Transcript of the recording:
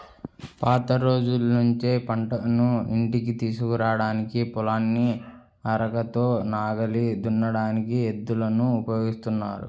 పాత రోజుల్నుంచే పంటను ఇంటికి తీసుకురాడానికి, పొలాన్ని అరకతో నాగలి దున్నడానికి ఎద్దులను ఉపయోగిత్తన్నారు